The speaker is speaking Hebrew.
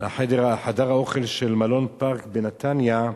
לחדר האוכל של מלון "פארק" בנתניה,